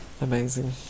amazing